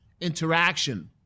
interaction